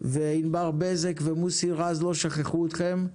וענבר בזק ומוסי רז לא שכחו אתכם,